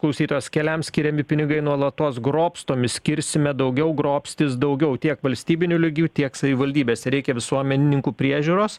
klausytojas keliams skiriami pinigai nuolatos grobstomi skirsime daugiau grobstys daugiau tiek valstybiniu lygiu tiek savivaldybėse reikia visuomenininkų priežiūros